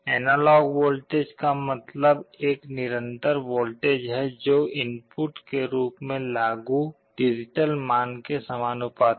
analogue voltage का मतलब एक निरंतर वोल्टेज है जो इनपुट के रूप में लागू डिजिटल मान के समानुपाती होगा